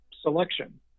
selection